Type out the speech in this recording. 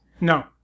No